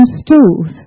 stools